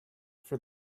for